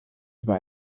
über